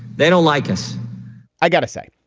they don't like us i got to say,